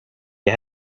you